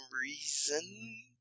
reason